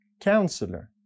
counselor